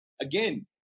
again